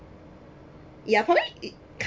yeah for me it